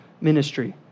ministry